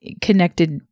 connected